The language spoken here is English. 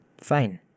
Fine